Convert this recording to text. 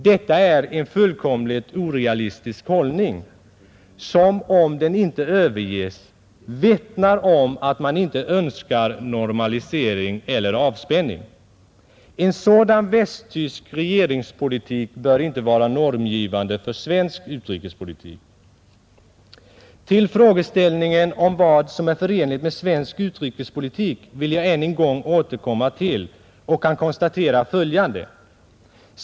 Detta är en fullkomligt orealistisk hållning, som — om den inte överges — vittnar om att man inte önskar normalisering eller avspänning. En sådan västtysk regeringspolitik bör inte vara normgivande för svensk utrikespolitik, Till frågeställningen om vad som är förenligt med svensk neutralitetspolitik vill jag än en gång återkomma och kan konstatera följande.